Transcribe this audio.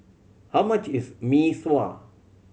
how much is Mee Sua